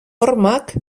hormak